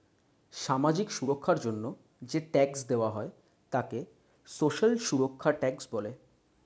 সামাজিক সুরক্ষার জন্য যে ট্যাক্স দেওয়া হয় তাকে সোশ্যাল সুরক্ষা ট্যাক্স বলে